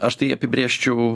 aš tai apibrėžčiau